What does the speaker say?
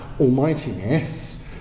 almightiness